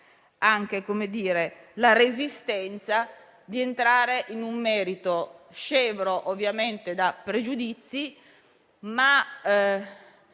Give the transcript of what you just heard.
anche la resistenza per entrare in un merito scevro ovviamente da pregiudizi, ma